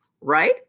right